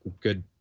good